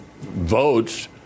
votes